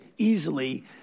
easily